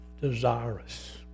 desirous